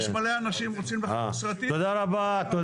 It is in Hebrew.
יש המון אנשים שרוצים לחתוך סרטים --- תודה רבה,